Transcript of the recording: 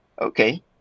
Okay